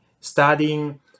studying